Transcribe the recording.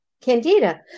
Candida